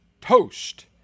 toast